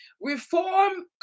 reform